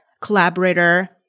collaborator